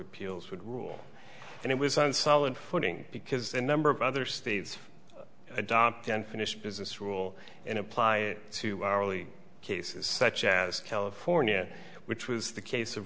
appeals would rule and it was on solid footing because a number of other states adopt and finish business rule and apply it to our early cases such as california which was the case of